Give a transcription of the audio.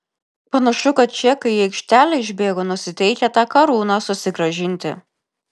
panašu kad čekai į aikštelę išbėgo nusiteikę tą karūną susigrąžinti